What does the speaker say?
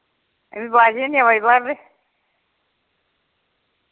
बुआज ही नी आवा दी थोआढ़ी ते